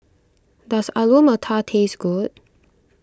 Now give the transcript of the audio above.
does Alu Matar taste good